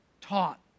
taught